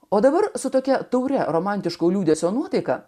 o dabar su tokia tauri romantiško liūdesio nuotaika